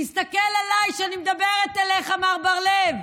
תסתכל עליי כשאני מדברת אליך, מר בר לב.